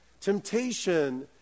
temptation